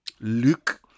Luke